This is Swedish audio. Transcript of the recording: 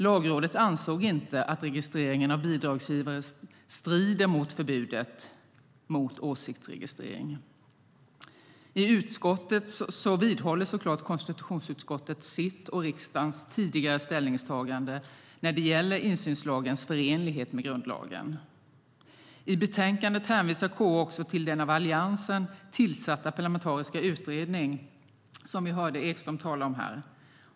Lagrådet ansåg inte att registreringen av bidragsgivare strider mot förbudet mot åsiktsregistrering. Konstitutionsutskottet vidhåller såklart sitt och riksdagens tidigare ställningstagande när det gäller insynslagens förenlighet med grundlagen. I betänkandet hänvisar KU också till den av Alliansen tillsatta parlamentariska utredning som vi hörde Ekström tala om här.